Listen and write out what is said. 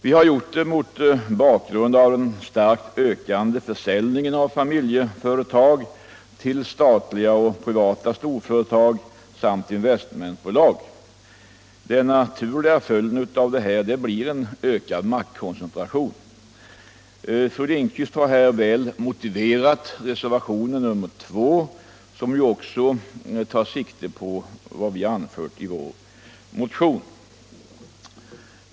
Vi har gjort detta mot bakgrund av den starkt ökande försäljningen av familjeföretag till statliga och privata storföretag samt investmentbolag. Den naturliga följden av detta blir en ökad maktkoncentration. Fru Lindquist har här väl motiverat reservationen 2, som ju också tar sikte på vad vi anfört i vår motion.